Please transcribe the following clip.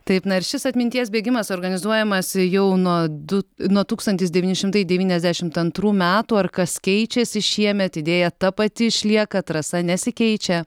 taip na ir šis atminties bėgimas organizuojamas jau nuo du nuo tūkstantis devyni šimtai devyniasdešimt antrų metų ar kas keičiasi šiemet idėja ta pati išlieka trasa nesikeičia